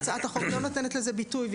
אבל הצעת החוק לא נותנת לזה ביטוי.